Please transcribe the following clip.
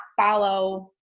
follow